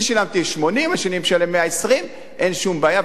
אני שילמתי 80, השני משלם 120. אין שום בעיה.